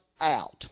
out